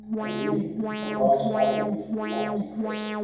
and rear'd him a bright bay, with lofty crest,